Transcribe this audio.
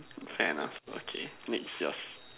fair enough okay next yours